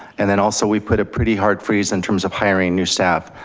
and then also we put a pretty hard freeze in terms of hiring new staff,